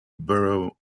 borough